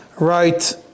right